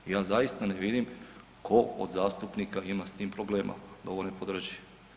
Ja zaista ne vidim tko od zastupnika ima s tim problema da ovo ne podrži.